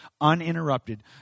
uninterrupted